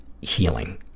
healing